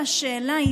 והשאלה,